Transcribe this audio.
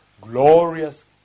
glorious